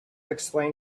explain